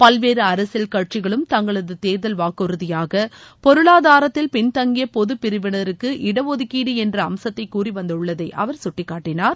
பல்வேறு அரசியல் கட்சிகளும் தங்களது தேர்தல் வாக்குறுதியாக பொருளாதாரத்தில் பின்தங்கிய பொதுப் பிரிவினருக்கு இடஒதுக்கீடு என்ற அம்சத்தை கூறிவந்துள்ளதை அவர் கட்டிக்காட்டினார்